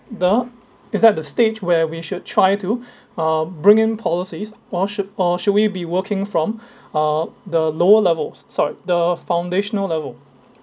door it's at the stage where we should try to uh bring in policies or should or should we be working from uh the lower levels sorry the foundational level